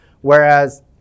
whereas